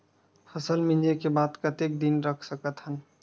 फसल मिंजे के बाद कतेक दिन रख सकथन?